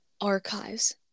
archives